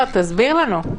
לא, תסביר לנו.